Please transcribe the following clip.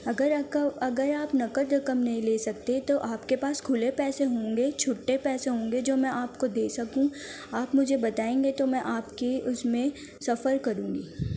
اگر اگر آپ نقد رقم نہیں لے سکتے تو آپ کے پاس کھلے پیسے ہوں گے چھٹے پیسے ہوں گے جو میں آپ کو دے سکوں آپ مجھے بتائیں گے تو میں آپ کی اس میں سفر کروں گی